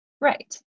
right